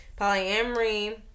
Polyamory